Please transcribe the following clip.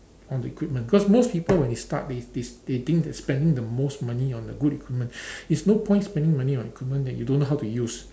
on the equipment cause most people when they start they they they think that spending the most money on the good equipment is no point spending money on the equipment that you don't know how to use